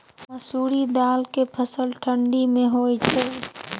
मसुरि दाल के फसल ठंडी मे होय छै?